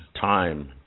time